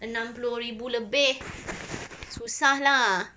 enam puluh ribu lebih susah lah